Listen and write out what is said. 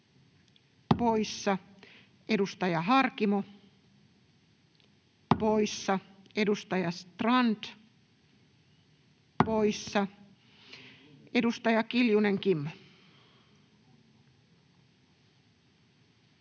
poissa. Edustaja Harkimo poissa. Edustaja Strand poissa. Edustaja Kiljunen, Kimmo.